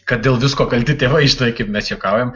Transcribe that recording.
kad dėl visko kalti tėvai žinai kaip mes juokaujam